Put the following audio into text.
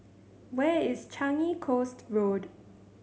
where is Changi Coast Road